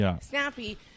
snappy